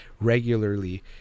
regularly